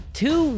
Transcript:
two